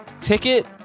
ticket